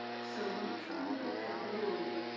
so make sure you get that down that,